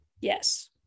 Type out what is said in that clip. Yes